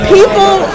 People